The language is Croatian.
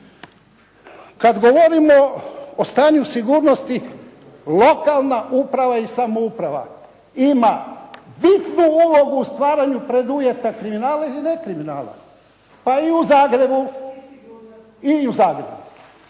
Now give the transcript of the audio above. Kad govorimo o stanju sigurnosti lokalna uprava i samouprava ima bitnu ulogu u stvaranju preduvjeta kriminala ili nekriminala, pa i u Zagrebu,